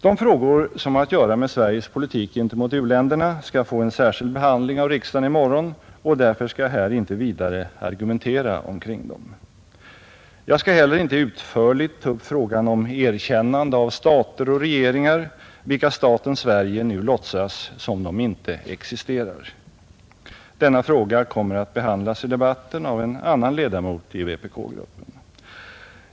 De frågor som har att göra med Sveriges politik gentemot u-länderna skall få en särskild behandling av riksdagen i morgon, och därför skall jag här inte vidare argumentera omkring dem. Jag skall heller inte utförligt ta upp frågan om erkännande av stater och regeringar, vilka staten Sverige nu låtsas som om de inte existerar. Denna fråga kommer att behandlas i debatten av en annan ledamot i vpk-gruppen.